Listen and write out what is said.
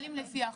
פועלים לפי החוק.